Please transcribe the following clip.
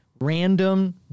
random